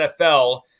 NFL